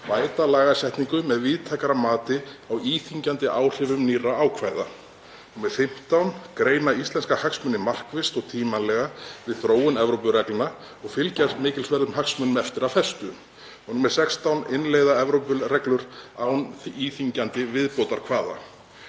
„Bæta lagasetningu með víðtækara mati á íþyngjandi áhrifum nýrra ákvæða.“ Númer 15: „Greina íslenska hagsmuni markvisst og tímanlega við þróun Evrópureglna og fylgja mikilsverðum hagsmunum eftir af festu.“ Númer 16: „Innleiða Evrópureglur án íþyngjandi viðbótarkvaða.“